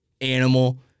animal